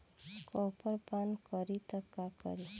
Copper पान करी त का करी?